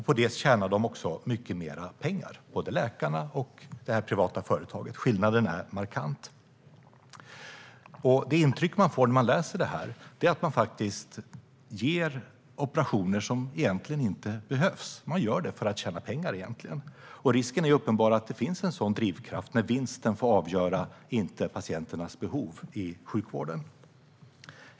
På det tjänar de också mycket mer pengar, både läkarna och det här privata företaget. Skillnaden är markant. Det intryck man får när man läser det här är att man faktiskt utför operationer som egentligen inte behövs. Man gör det för att tjäna pengar. Risken är uppenbar att det finns en sådan drivkraft när vinsten och inte patienternas behov får avgöra i sjukvården.